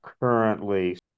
currently